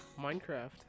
Minecraft